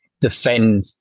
defend